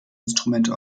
instrumente